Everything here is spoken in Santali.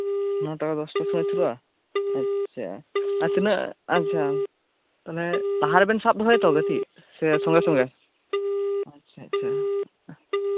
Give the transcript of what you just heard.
ᱟᱨᱮ ᱴᱟᱲᱟᱝ ᱜᱮᱞ ᱴᱟᱲᱟᱝ ᱚᱠᱛᱚ ᱮᱛᱚᱦᱚᱵᱚᱜᱼᱟ ᱟᱪᱪᱷᱟ ᱟᱨ ᱛᱤᱱᱟᱹᱜ ᱟᱪᱪᱷᱟ ᱛᱟᱦᱞᱮ ᱞᱟᱦᱟᱨᱮᱵᱮᱱ ᱥᱟᱵ ᱫᱚᱦᱚᱭᱟ ᱛᱚ ᱜᱟᱛᱮᱜ ᱥᱮ ᱥᱚᱝᱜᱮ ᱥᱚᱝᱜᱮ ᱟᱪᱪᱷᱟ